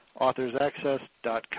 authorsaccess.com